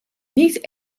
niet